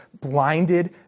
blinded